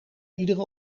iedere